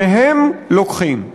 מהם לוקחים.